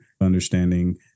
understanding